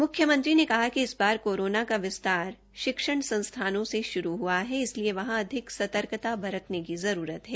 मुख्यमंत्री ने कहा कि इस बार कोरोना का विस्तार शिक्षण संस्थानों से शुरू हुआ है इसलिए वहां अधिक सतर्कता बरतने की जरूरत है